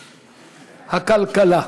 הכלכלה.